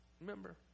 Remember